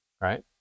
right